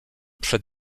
przed